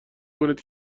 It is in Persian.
کنید